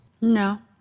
No